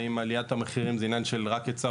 האם עליית המחירים זה עניין רק של היצע